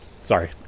sorry